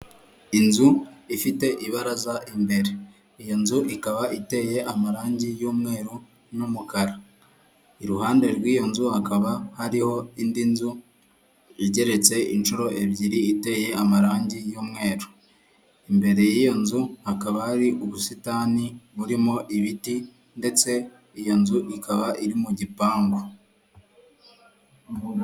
Inzu ifite ibaraza imbere, iyo nzu ikaba iteye amarangi y'umweru n'umukara, iruhande rw'iyo nzu hakaba hariho indi nzu igeretse inshuro ebyiri iteye amarangi y'umweru, imbere y'iyo nzu hakaba hari ubusitani burimo ibiti ndetse iyo nzu ikaba iri mu gipangu.